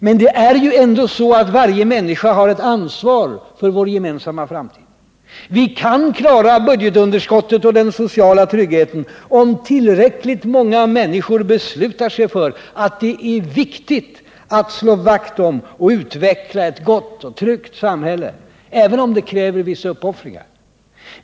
Men det är ju ändå så att varje människa har ett ansvar för vår gemensamma framtid. Vi kan klara budgetunderskottet och den sociala tryggheten, om tillräckligt många människor beslutar sig för att det är viktigt att slå vakt om och utveckla ett gott och tryggt samhälle, även om det kräver vissa uppoffringar.